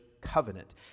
covenant